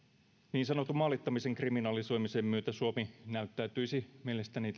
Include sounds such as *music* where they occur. niin sanotun maalittamisen kriminalisoimisen myötä suomi näyttäytyisi mielestäni *unintelligible*